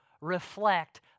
reflect